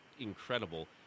incredible